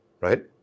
right